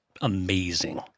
amazing